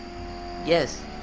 Yes